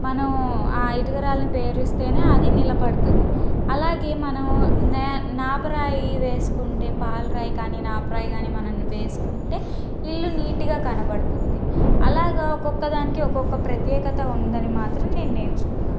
మనం ఆ ఇటుకరాలుని పేరిస్తేనే అది నిలపడుతుంది అలాగే మనం నే నాపరాయి వేసుకుంటే పాలరాయి కాని నాపరాయి కాని మనం వేసుకుంటే ఇళ్ళు నీట్గా కనపడుతుంది అలాగా ఒకొక్కదానికి ఒక్కొక్క ప్రత్యేకత ఉందని మాత్రం నేను నేర్చుకున్నాను